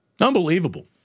Unbelievable